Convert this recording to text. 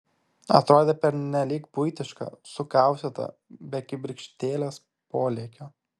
atrodė pernelyg buitiška sukaustyta be kibirkštėlės polėkio